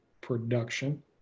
production